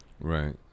right